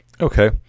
Okay